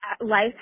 life